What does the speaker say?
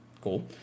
Cool